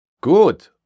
Good